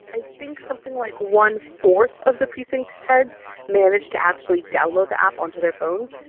i think something like one fourth of the precinct heads managed to actually download the app onto their phones.